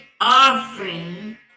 offering